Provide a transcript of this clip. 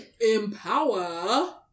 empower